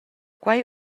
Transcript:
quei